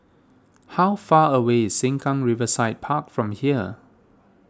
how far away is Sengkang Riverside Park from here